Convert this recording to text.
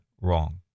wrong